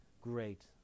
Great